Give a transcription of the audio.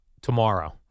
tomorrow